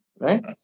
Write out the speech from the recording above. right